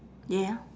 yeah